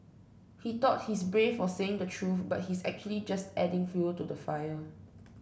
he thought he's brave for saying the truth but he's actually just adding fuel to the fire